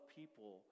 people